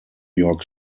york